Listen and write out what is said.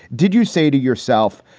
did you say to yourself,